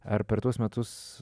ar per tuos metus